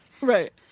Right